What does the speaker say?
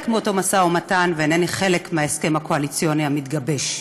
מאותו משא-ומתן ואינני חלק מההסכם הקואליציוני המתגבש.